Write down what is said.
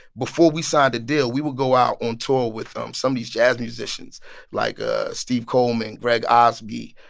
before we signed a deal, we would go out on tour with um some of these jazz musicians like ah steve coleman, greg osby,